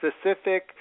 specific